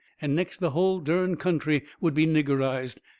and next the hull dern country would be niggerized.